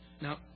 Now